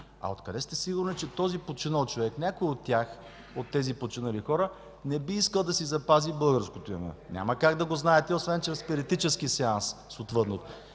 Откъде сте сигурни, че този починал човек или някой от тези починали хора не би искал да си запази българското име? Няма как да го знаете, освен чрез спиритически сеанс с отвъдното.